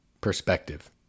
perspective